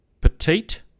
petite